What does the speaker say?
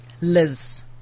Liz